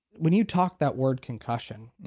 when you talk that word concussion,